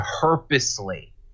purposely